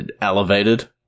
elevated